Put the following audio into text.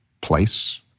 place